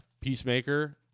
Peacemaker